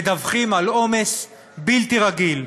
מדווחים על עומס בלתי רגיל,